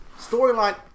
storyline